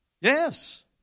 Yes